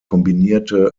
kombinierte